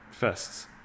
fests